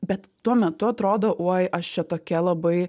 bet tuo metu atrodo oi aš čia tokia labai